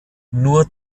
nur